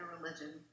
religion